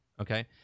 okay